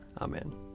Amen